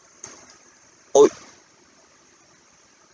oh